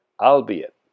albeit